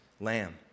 lamb